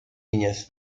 niñez